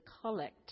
collect